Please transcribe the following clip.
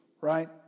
right